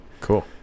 cool